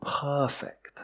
perfect